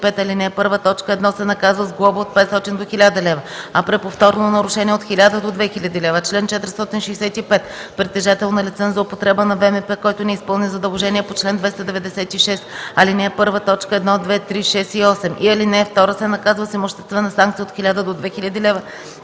ал. 1, т. 1 се наказва с глоба от 500 до 1000 лв., а при повторно нарушение – от 1000 до 2000 лв. Чл. 465. Притежател на лиценз за употреба на ВМП, който не изпълни задължение по чл. 296, ал. 1, т. 1, 2, 3, 6 и 8 и ал. 2 се наказва с имуществена санкция от 1000 до 2000 лв.,